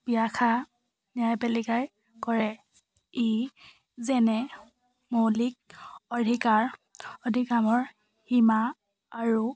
ব্যাখ্যা ন্যায় পালিকাই কৰে ই যেনে মৌলিক অধিকাৰ সীমা আৰু